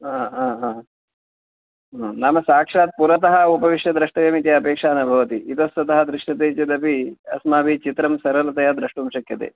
नाम साक्षात् पुरतः उपविश्य द्रष्टव्यमिति अपेक्षा न भवति इतस्ततः दृश्यते चेदपि अस्माभिः चित्रं सरलतया द्रष्टुं शक्यते